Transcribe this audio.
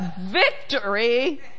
victory